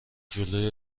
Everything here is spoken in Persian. جلوی